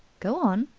go on,